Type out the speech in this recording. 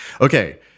okay